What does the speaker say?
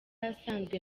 asanzwe